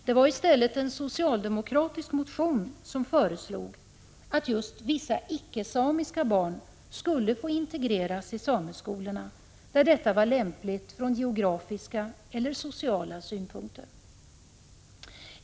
Det var i en socialdemokratisk motion som det föreslogs att vissa icke-samiska barn skulle få integreras i sameskolorna, där detta var lämpligt från geografiska eller sociala synpunkter.